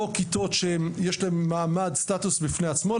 או כיתות שיש להן סטטוס בפני עצמו,